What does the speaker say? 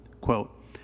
Quote